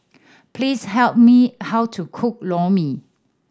please help me how to cook Lor Mee